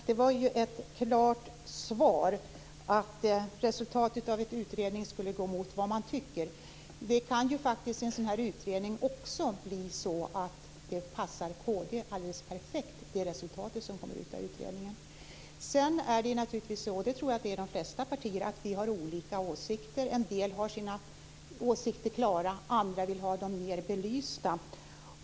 Fru talman! Det var ett klart svar, att resultatet av en utredning skulle gå mot vad man tycker. Det kan faktiskt bli så att utredningens resultat passar kd alldeles perfekt. I de flesta partier har vi olika åsikter. En del har sina åsikter klara, andra vill ha frågorna mer belysta.